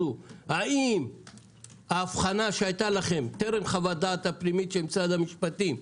האם ההבחנה שהיתה לכם טרם חוות הדעת הפנימית של משרד המשפטים השתנתה?